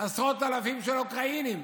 עשרות אלפי אוקראינים.